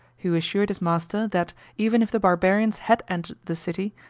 who assured his master, that, even if the barbarians had entered the city,